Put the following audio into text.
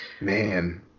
Man